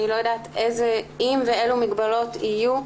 אני לא יודעת אם ואילו מגבלות יהיו,